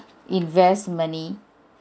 invest money